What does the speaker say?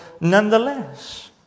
nonetheless